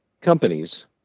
companies